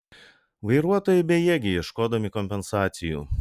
vairuotojai bejėgiai ieškodami kompensacijų